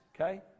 okay